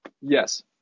Yes